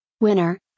Winner